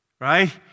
right